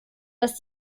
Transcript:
dass